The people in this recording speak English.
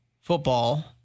football